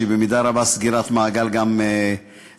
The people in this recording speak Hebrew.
שהיא במידה רבה סגירת מעגל גם עבורך.